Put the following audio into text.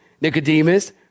Nicodemus